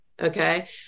okay